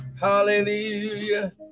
Hallelujah